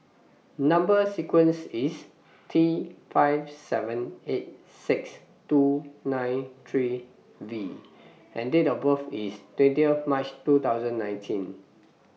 Number sequence IS T five seven eight six two nine three V and Date of birth IS twentieth March two thousand nineteen